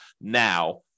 now